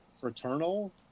fraternal